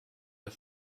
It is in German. der